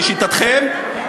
לשיטתכם,